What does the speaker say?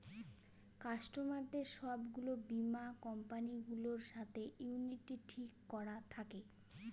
কাস্টমারদের সব গুলো বীমা কোম্পানি গুলোর সাথে ইউনিটি ঠিক করা থাকে